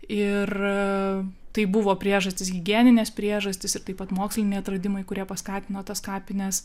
ir tai buvo priežastis higieninės priežastys ir taip pat moksliniai atradimai kurie paskatino tas kapines